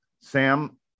Sam